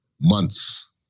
months